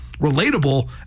relatable